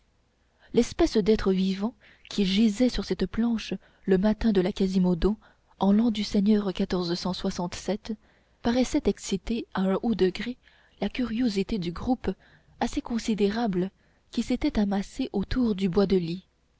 l'espèce d'être vivant qui gisait sur cette planche le matin de la quasimodo en l'an du seigneur paraissait exciter à un haut degré la curiosité du groupe assez considérable qui s'était amassé autour du bois de lit